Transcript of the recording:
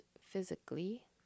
physically